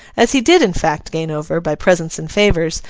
as he did in fact gain over, by presents and favours,